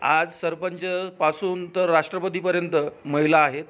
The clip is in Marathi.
आज सरपंचपासून तर राष्ट्रपतीपर्यंत महिला आहेत